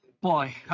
boy